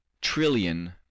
trillion